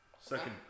second